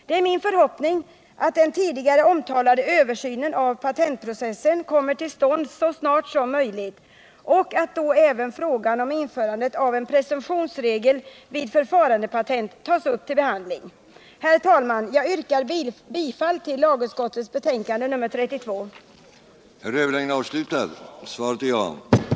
Det är min förhoppning att den tidigare omtalade översynen av patentprocessen kommer till stånd så snart som möjligt och att då även frågan om införandet av en presumtionsregel vid förfarandepatent tas upp till. behandling. Herr talman! Jag yrkar bifall till lagutskottets hemställan i dess betänkande MI